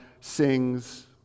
sings